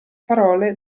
parole